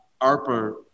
ARPA